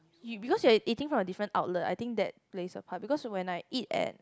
you because you are eating from a different outlet I think that plays a part because when I eat at